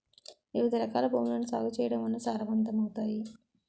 వివిధరకాల భూములను సాగు చేయడం వల్ల సారవంతమవుతాయి